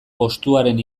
postuaren